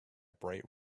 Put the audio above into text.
bright